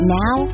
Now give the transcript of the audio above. now